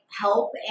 help